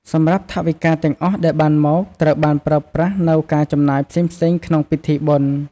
សម្រាប់ថវិកាទាំងអស់ដែលបានមកត្រូវបានប្រើប្រាស់នូវការចំណាយផ្សេងៗក្នុងពិធីបុណ្យ។